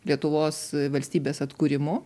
lietuvos valstybės atkūrimu